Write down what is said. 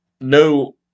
no